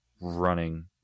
running